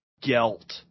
Gelt